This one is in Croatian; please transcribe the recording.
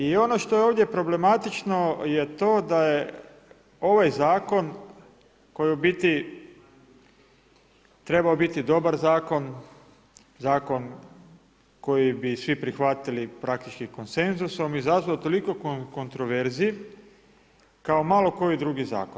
I ono što je ovdje problematično je to da je ovaj zakon koji bi u biti trebao biti dobar zakon, zakon koji bi svi prihvatili praktički konsenzusom izazvao toliko kontroverzi kao malo koji drugi zakon.